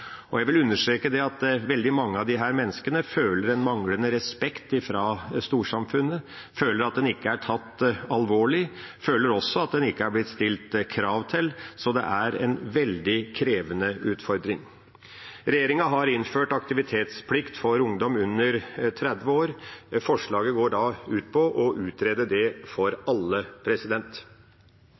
situasjonen. Jeg vil understreke at veldig mange av disse menneskene føler manglende respekt fra storsamfunnet, føler at en ikke er tatt alvorlig og ikke er blitt stilt krav til. Så det er en veldig krevende utfordring. Regjeringa har innført aktivitetsplikt for ungdom under 30 år, og forslaget går ut på å utrede det for alle.